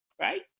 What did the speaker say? Right